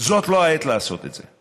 זאת לא העת לעשות את זה.